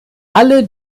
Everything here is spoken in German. alle